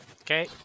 okay